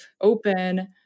open